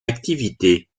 activité